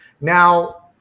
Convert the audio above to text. now